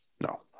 No